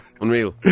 unreal